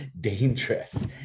dangerous